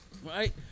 Right